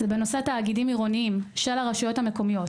בנושא תאגידים עירוניים של רשויות מקומיות